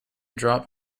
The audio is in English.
drop